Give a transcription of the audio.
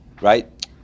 right